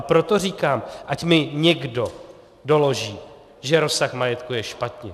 Proto říkám, ať mi někdo doloží, že rozsah majetku je špatně.